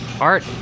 art